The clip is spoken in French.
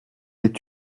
est